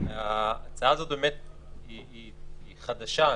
ההצעה הזאת היא חדשה.